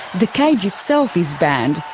the cage itself is banned,